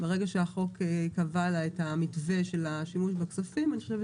ברגע שהחוק קבע לה את המתווה של השימוש בכספים אני חושבת